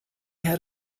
had